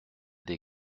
des